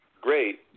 great